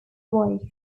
wife